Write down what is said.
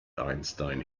einstein